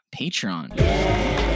Patreon